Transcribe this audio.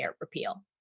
repeal